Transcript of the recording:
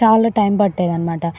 చాలా టైం పట్టేదన్నమాట